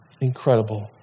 Incredible